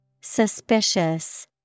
Suspicious